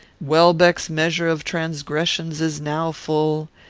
welbeck's measure of transgressions is now full,